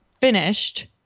finished